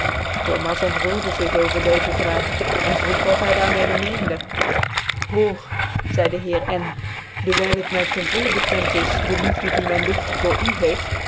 thomas ontroerde zig over deze vraag cn vroeg wat hy daar mede meende hoor zcidc dc heer n dewijl het my ten vollen bekend is dc liefde die myn dokter voor u heeft